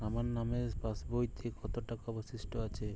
আমার নামের পাসবইতে কত টাকা অবশিষ্ট আছে?